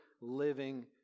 living